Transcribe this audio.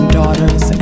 daughters